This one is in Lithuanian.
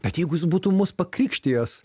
bet jeigu jis būtų mus pakrikštijęs